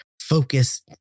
focus